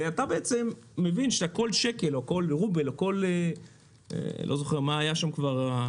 ככה אתה מבין שכל רובל לא זוכר כבר מה היה שם המטבע